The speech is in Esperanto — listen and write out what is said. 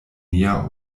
nia